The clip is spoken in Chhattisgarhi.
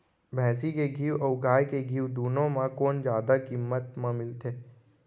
भैंसी के घीव अऊ गाय के घीव दूनो म कोन जादा किम्मत म मिलथे?